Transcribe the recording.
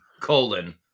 colon